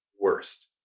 worst